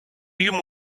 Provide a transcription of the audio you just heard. йому